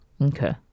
Okay